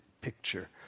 picture